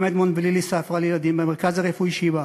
אדמונד ולילי ספרא לילדים במרכז הרפואי שיבא,